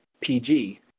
PG